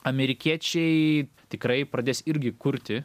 amerikiečiai tikrai pradės irgi kurti